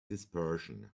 dispersion